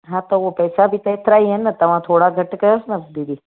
हा त उहो पैसा बि त एतिरा ई आहिनि न तव्हां थोरा घटि कयोसि न दीदी